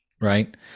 Right